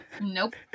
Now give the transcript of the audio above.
Nope